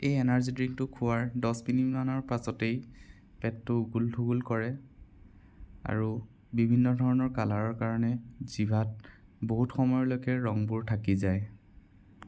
এই এনাৰ্জী ড্ৰিংকটো খোৱাৰ দচ মিনিটমানৰ পিছতেই পেটটো উগুল থুগুল কৰে আৰু বিভিন্ন ধৰণৰ কালাৰৰ কাৰণে জিভাত বহুত সময়ৰ লৈকে ৰংবোৰ থাকি যায়